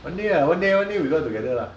one day ah one day one day we go out together lah